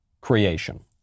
creation